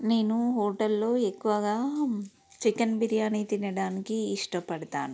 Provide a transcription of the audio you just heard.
నేను హోటల్లో ఎక్కువగా చికెన్ బిర్యాని తినడానికి ఇష్టపడతాను